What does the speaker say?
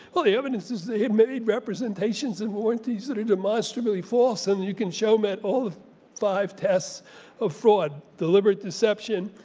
well the evidence is they have many representations and warranties that are demonstrably false and you can show men all of five tests of fraud, deliberate deception,